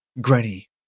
Granny